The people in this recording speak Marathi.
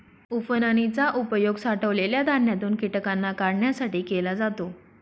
उफणनी चा उपयोग साठवलेल्या धान्यातून कीटकांना काढण्यासाठी केला जातो